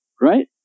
right